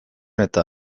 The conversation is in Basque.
eta